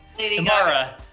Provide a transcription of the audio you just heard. Amara